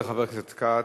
תודה לחבר הכנסת כץ.